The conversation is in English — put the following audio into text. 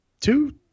Two